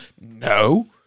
No